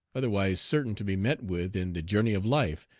otherwise certain to be met with in the journey of life,